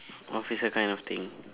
officer kind of thing